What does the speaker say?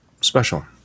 special